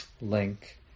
link